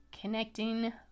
connecting